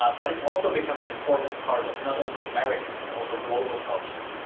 ah but it's also become an important part of not only american, but also global culture.